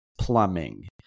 Plumbing